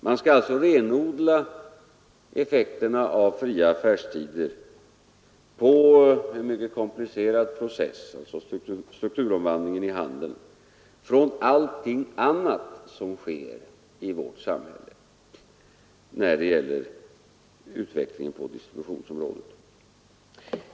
Man skall från allt annat som sker i vårt samhälle när det gäller utvecklingen på distributionsområdet renodla effekterna av fria affärstider på en mycket komplicerad process.